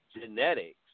genetics